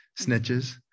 snitches